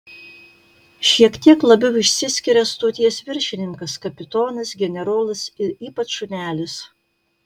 šiek tiek labiau išsiskiria stoties viršininkas kapitonas generolas ir ypač šunelis